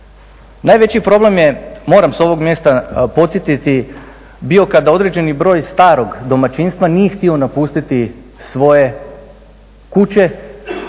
Najveći problem je, moram s ovog mjesta podsjetiti bio kad određeni broj starog domaćinstva nije htio napustiti svoje kuće,